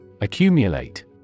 Accumulate